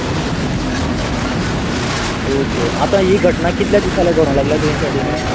okay आतां ही घटना कितल्या दीस जाले घडूंक लागल्यात ते सायडिन